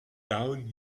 down